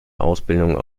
ausbildung